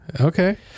Okay